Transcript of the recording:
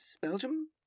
Belgium